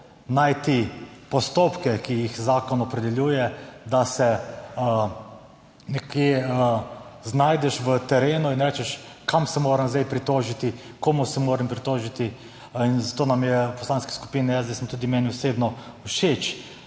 najti postopke, ki jih zakon opredeljuje, da se nekje znajdeš na terenu in rečeš, kam se moram zdaj pritožiti, komu se moram pritožiti. Zato nam je v Poslanski skupini SDS in tudi meni osebno všeč,